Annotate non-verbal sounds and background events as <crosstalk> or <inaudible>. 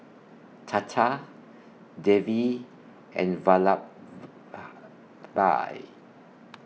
Tata Devi and <unintelligible>